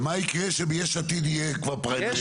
ומה יקרה כשב-"יש עתיד" יהיה כבר פריימריז.